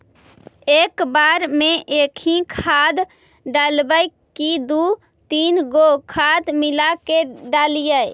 एक बार मे एकही खाद डालबय की दू तीन गो खाद मिला के डालीय?